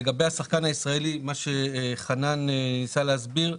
לגבי השחקן הישראלי, מה שחנן ניסה להסביר,